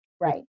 right